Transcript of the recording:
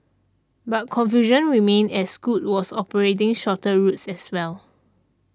but confusion remained as Scoot was operating shorter routes as well